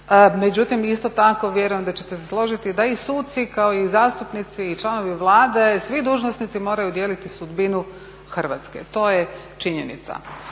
Međutim, isto tako vjerujem da ćete se složiti da i suci, kao i zastupnici, i članovi Vlade svi dužnosnici moraju dijeliti sudbinu Hrvatske, to je činjenica.